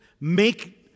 make